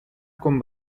con